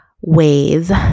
ways